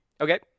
Okay